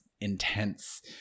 intense